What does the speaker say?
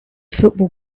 football